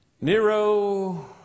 Nero